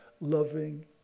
loving